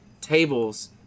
tables